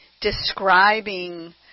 describing